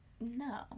no